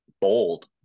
bold